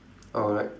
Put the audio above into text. alright